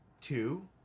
two